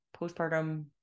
postpartum